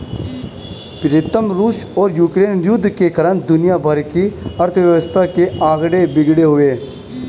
प्रीतम रूस और यूक्रेन युद्ध के कारण दुनिया भर की अर्थव्यवस्था के आंकड़े बिगड़े हुए